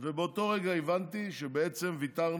ובאותו רגע הבנתי שוויתרנו